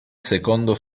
secondo